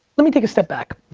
let me take a step back.